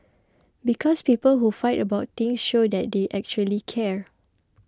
because people who fight about things show that they actually care